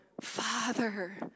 father